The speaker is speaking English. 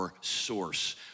source